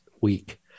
week